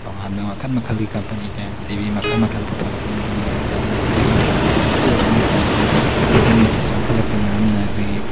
ꯇꯣꯉꯥꯟꯕ ꯃꯈꯜ ꯃꯈꯜꯒꯤ ꯀꯝꯄꯅꯤ ꯀꯌꯥꯅ ꯇꯤ ꯕꯤ ꯃꯈꯜ ꯃꯈꯜ ꯄꯨꯊꯣꯔꯛꯄꯅ ꯃꯔꯝ ꯑꯣꯏꯔꯒ ꯑꯗꯨꯅ ꯑꯩꯈꯣꯏꯒꯤ ꯍꯧꯖꯤꯛꯀꯤ ꯑꯣꯏꯔꯤꯕ ꯃꯇꯝꯁꯤꯗꯗꯤ ꯏꯟꯇ꯭ꯔꯅꯦꯠꯁꯤ ꯆꯥꯎꯈꯠꯂꯛꯄ ꯃꯔꯝꯅ ꯑꯩꯈꯣꯏꯒꯤ